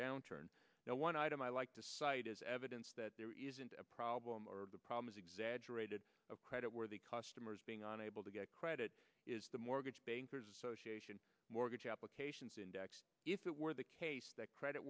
downturn now one item i like to cite is evidence that there isn't a problem or the problem is exaggerated of credit where the customers being on able to get credit is the mortgage bankers association mortgage applications index if it were the case that credit